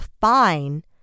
fine